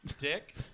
Dick